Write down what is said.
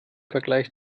vergleich